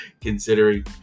considering